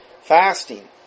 Fasting